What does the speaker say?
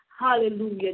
hallelujah